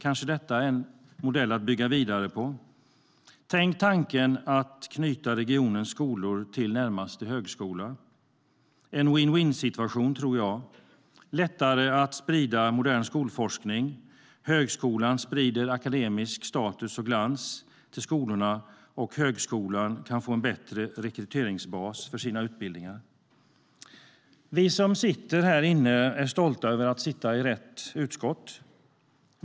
Kanske är detta en modell att bygga vidare på. Tänk tanken att man knyter regionens skolor till närmaste högskola! Det tror jag är en vinn-vinn-situation. Det blir lättare att sprida modern skolforskning. Högskolan sprider akademisk status och glans till skolorna, och högskolan kan få en bättre rekryteringsbas för sina utbildningar. Vi som sitter här inne är stolta över att sitta i rätt utskott.